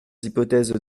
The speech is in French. hypothèses